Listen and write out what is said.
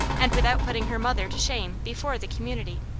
and without putting her mother to shame before the community.